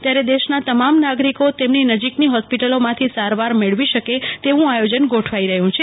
ત્યરે દેશન તમ મ ન ગરિકો તેમની નજીકની ફોસ્પિટલો મં થી સ રવ ર મેળવી સકે તેવું આયોજન ગોઠવ ઈ રહ્યું છે